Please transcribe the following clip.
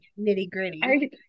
nitty-gritty